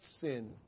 sin